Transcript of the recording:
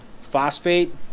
phosphate